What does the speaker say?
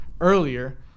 earlier